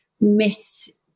miss